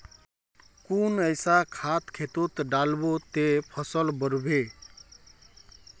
कुन ऐसा खाद खेतोत डालबो ते फसल बढ़बे?